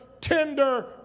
tender